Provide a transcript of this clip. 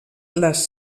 les